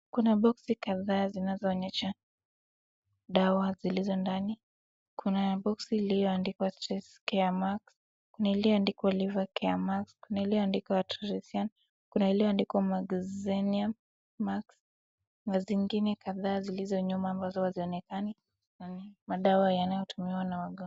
Kuna boksi kadhaa zinazoonyesha dawa zilizo ndani. Kuna boksi iliyoandikwa Stress care max, kuna iliandikwa Liver Care max, kuna iliyoandikwa Artresin, kuna iliyoandikwa Magnezium max na zingine kadhaa zilizo nyuma ambazo hazionekani na madawa yanayotumiwa na wagonjwa.